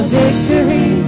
victory